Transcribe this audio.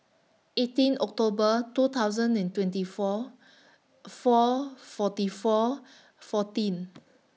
eighteen October two thousand and twenty four four forty four fourteen